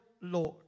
Lord